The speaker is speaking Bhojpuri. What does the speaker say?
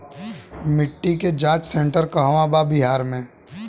मिटी के जाच सेन्टर कहवा बा बिहार में?